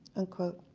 unquote.